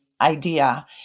idea